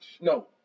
No